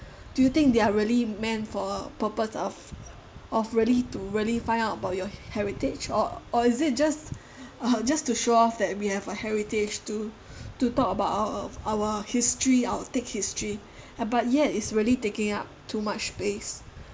do you think they are really meant for a purpose of of really to really find out about your heritage or or is it just uh just to show off that we have a heritage to to talk about our our history our take history but yet is really taking up too much space